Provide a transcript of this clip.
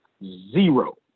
zero